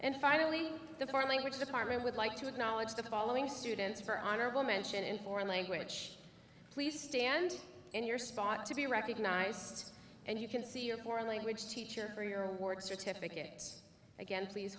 and finally the foreign language department would like to acknowledge the following students for honorable mention in foreign language please stand in your spot to be recognized and you can see a foreign language teacher for your award certificate again please